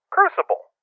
Crucible